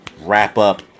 wrap-up